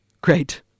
great